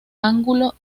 ángulo